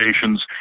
stations